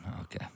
okay